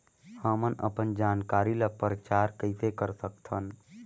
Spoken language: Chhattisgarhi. हमन अपन जानकारी ल प्रचार कइसे कर सकथन?